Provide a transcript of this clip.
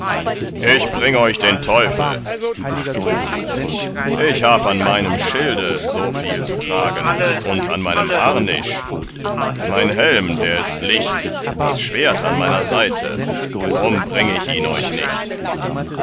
ich bring euch den teufel sprach wieder hagen ich hab an meinem schilde so viel zu tragen und an meinem harnisch mein helm der ist licht das schwert an meiner seite drum bring ich ihn euch nicht